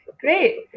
great